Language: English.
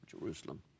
Jerusalem